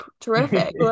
terrific